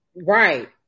Right